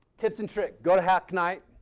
tips and tricks. go to hack night.